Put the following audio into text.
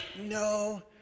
No